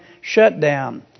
shutdown